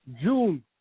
June